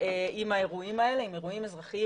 עם אירועים אזרחיים,